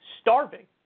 starving